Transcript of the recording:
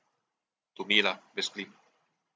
to me lah basically